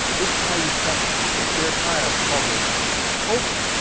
this is how you kept the spare tire cover open.